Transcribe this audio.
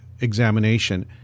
examination